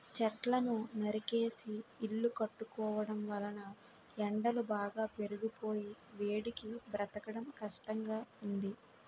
చెట్లను నరికేసి ఇల్లు కట్టుకోవడం వలన ఎండలు బాగా పెరిగిపోయి వేడికి బ్రతకడం కష్టంగా ఉంది